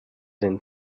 den